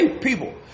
people